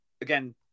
again